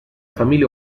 família